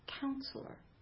counselor